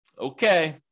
Okay